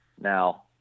Now